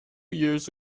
years